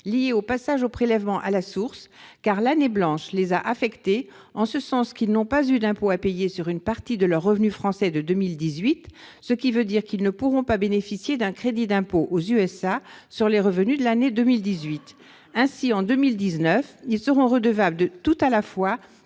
lié au passage au prélèvement à la source. L'année blanche les a affectés, en ce qu'ils n'ont pas eu d'impôt à payer sur une partie de leurs revenus français de 2018, ce qui veut dire qu'ils ne pourront pas bénéficier d'un crédit d'impôt aux États-Unis sur les revenus de l'année 2018. Ainsi, en 2019, ils seront redevables tout à la fois